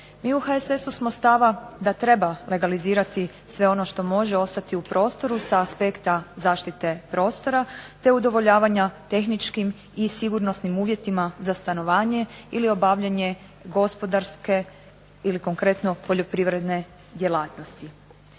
Mi u HSS-u smo stava da treba legalizirati sve ono što može ostati u prostoru sa aspekta zaštite prostora te udovoljavanja tehničkim i sigurnosnim uvjetima za stanovanje ili obavljanje gospodarske ili konkretno poljoprivredne djelatnosti.